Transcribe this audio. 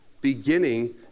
beginning